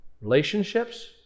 Relationships